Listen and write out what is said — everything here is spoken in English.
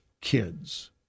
kids